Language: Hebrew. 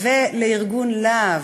ולארגון לה"ב,